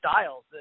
styles